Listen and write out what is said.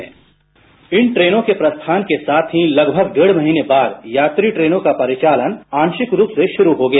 bite इन ट्रेनों के प्रस्थान के साथ ही लगमग डेढ़ महीने बाद यात्री ट्रेनों का परिचालन आंशिक रूप से शुरू हो गया